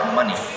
money